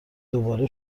دوباره